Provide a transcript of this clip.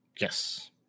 Yes